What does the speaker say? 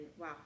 wow